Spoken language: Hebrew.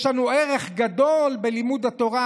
יש לנו ערך גדול בלימוד התורה,